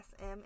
SM